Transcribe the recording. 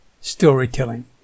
storytelling